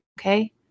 Okay